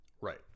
Right